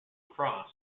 across